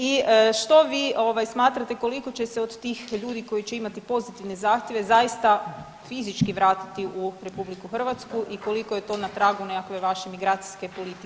I što vi smatrate koliko će se od tih ljudi koji će imati pozitivne zahtjeve zaista fizički vratiti u RH i koliko je to na tragu nekakve vaše migracijske politike?